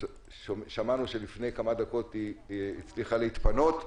שמענו שלפני כמה דקות היא הצליחה להתפנות,